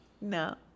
No